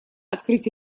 открыть